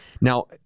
Now